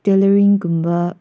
ꯇꯦꯂꯔꯤꯡꯒꯨꯝꯕ